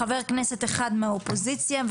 חבר כנסת אחד מהאופוזיציה.